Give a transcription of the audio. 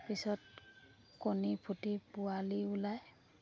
ত পিছত কণী ফুটি পোৱালি ওলাই